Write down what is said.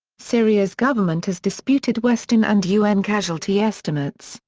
syria's government has disputed western and un casualty estimates,